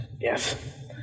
yes